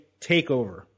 takeover